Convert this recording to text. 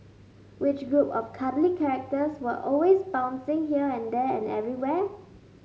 which group of cuddly characters were always bouncing here and there and everywhere